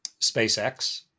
spacex